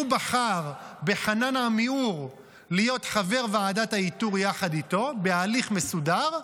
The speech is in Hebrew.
הוא בחר בחנן עמיאור להיות חבר ועדת האיתור יחד אתו בהליך מסודר.